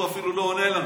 הוא אפילו לא עונה לנו.